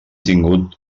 tingut